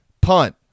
punt